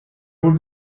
would